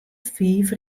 fiif